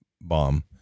bomb